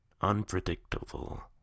unpredictable